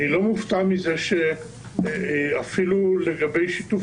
אני לא מופתע מזה שאפילו לגבי שיתוף